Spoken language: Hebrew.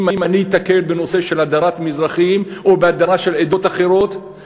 אם אני אתקל בנושא של הדרת מזרחים או בהדרה של עדות אחרות,